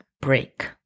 break